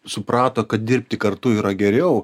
suprato kad dirbti kartu yra geriau